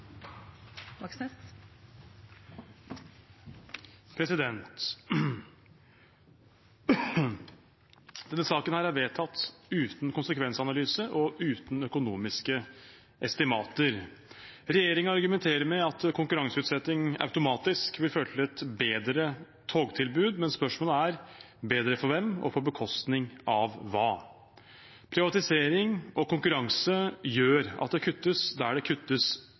Denne saken er vedtatt uten konsekvensanalyse og uten økonomiske estimater. Regjeringen argumenterer med at konkurranseutsetting automatisk vil føre til et bedre togtilbud, men spørsmålet er: Bedre for hvem, og på bekostning av hva? Privatisering og konkurranse gjør at det kuttes der det kuttes